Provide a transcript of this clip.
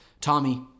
Tommy